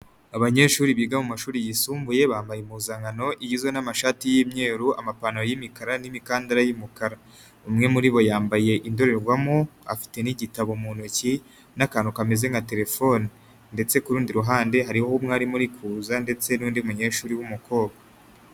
Abanyeshuri biga mu mashuri yisumbuye bambaye impuzankano igizwe n'amashati y'imyeru, amapantaro y'imikara n'imikandara y'umukara. Umwe muri bo yambaye indorerwamo afite n'igitabo mu ntoki, n'akantu kameze nka telefone, ndetse kurundi ruhande hariho umwerimu muri kuza ndetse n'undi munyeshuri w'umukobwa.